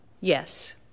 Yes